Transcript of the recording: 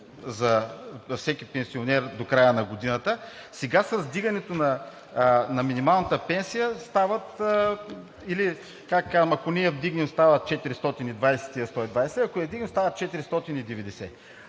за всеки пенсионер до края на годината. Сега с вдигането на минималната пенсия, както казвам, ако не я вдигнем, става 420 лв., а ако я вдигнем, става 490